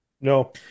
No